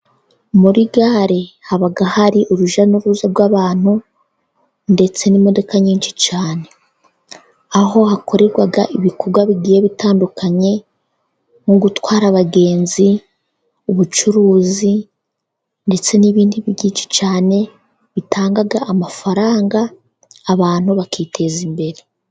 Muri gare haba hari urujya n'uruza rw'abantu, ndetse n'imodoka nyinshi cyane. Aho hakorerwa ibikorwa bigiye bitandukanye. Mu gutwara abagenzi, ubucuruzi ndetse n'ibindi byinshi cyane. Bitanga amafaranga, abantu bakiteza imbere.